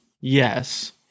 Yes